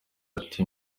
ati